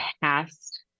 past